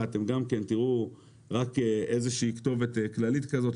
גם כן תראו רק איזו שהיא כתובת כללית כזאת,